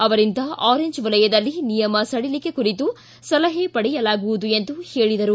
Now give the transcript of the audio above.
ಅವರಿಂದ ಆರೇಂಜ್ ವಲಯದಲ್ಲಿ ನಿಯಮ ಸಡಿಲಿಕೆ ಕುರಿತು ಸಲಹೆ ಪಡೆಯಲಾಗುವುದು ಎಂದು ಹೇಳಿದರು